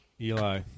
Eli